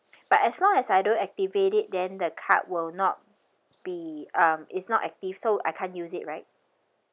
but as long as I don't activate it then the card will not be um is not active so I can't use it right